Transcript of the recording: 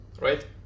right